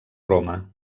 roma